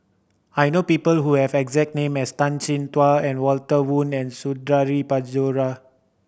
I know people who have the exact name as Tan Chin Tuan and Walter Woon and Suradi Parjo